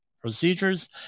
procedures